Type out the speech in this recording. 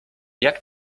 jak